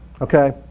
Okay